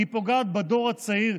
היא פוגעת בדור הצעיר,